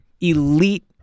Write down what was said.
elite